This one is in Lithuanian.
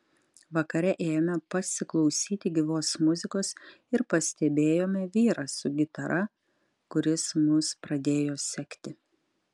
vakare ėjome pasiklausyti gyvos muzikos ir pastebėjome vyrą su gitara kuris mus pradėjo sekti